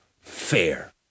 fair